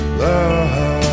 love